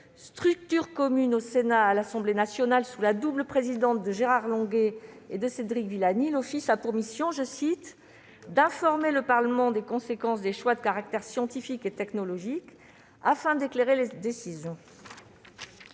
Structure commune au Sénat et à l'Assemblée nationale, sous la double présidence de Gérard Longuet et de Cédric Villani, l'Opecst « a pour mission d'informer le Parlement des conséquences des choix de caractère scientifique et technologique, afin d'éclairer ses décisions.